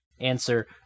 answer